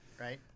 Right